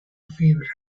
fibras